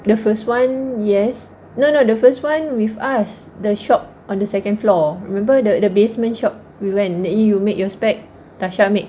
the first one yes no no the first one with us the shop on the second floor remember the the basement shop we went you make your specs tasha make